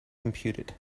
computed